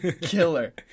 Killer